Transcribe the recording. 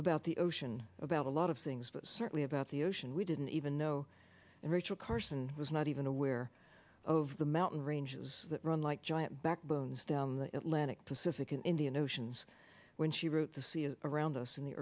about the ocean about a lot of things but certainly about the ocean we didn't even know and rachel carson was not even aware of the mountain ranges that run like giant backbones down the atlantic pacific and indian oceans when she wrote the sea around us in the